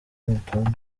antoine